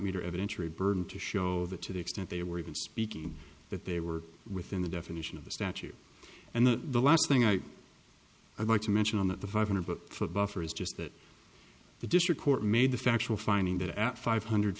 meter evidentiary burden to show that to the extent they were even speaking that they were within the definition of the statue and then the last thing i would like to mention on that the five hundred but for buffer is just that the district court made the factual finding that at five hundred